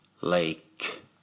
Lake